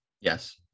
yes